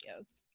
videos